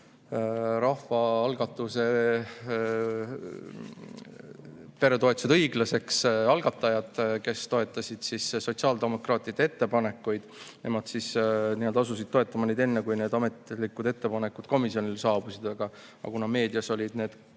rahvaalgatuse "Peretoetused õiglaseks!" algatajatelt, kes toetasid sotsiaaldemokraatide ettepanekuid. Nemad asusid toetama neid enne, kui need ametlikud ettepanekud komisjonile saabusid, aga kuna meedias olid need